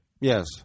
Yes